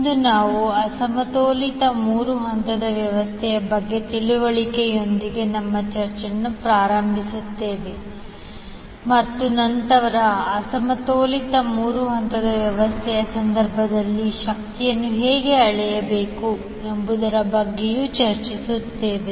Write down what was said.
ಇಂದು ನಾವು ಅಸಮತೋಲಿತ ಮೂರು ಹಂತದ ವ್ಯವಸ್ಥೆಯ ಬಗ್ಗೆ ತಿಳುವಳಿಕೆಯೊಂದಿಗೆ ನಮ್ಮ ಚರ್ಚೆಯನ್ನು ಪ್ರಾರಂಭಿಸುತ್ತೇವೆ ಮತ್ತು ನಂತರ ಅಸಮತೋಲಿತ ಮೂರು ಹಂತದ ವ್ಯವಸ್ಥೆಯ ಸಂದರ್ಭದಲ್ಲಿ ಶಕ್ತಿಯನ್ನು ಹೇಗೆ ಅಳೆಯಬೇಕು ಎಂಬುದರ ಬಗ್ಗೆಯೂ ಚರ್ಚಿಸುತ್ತೇವೆ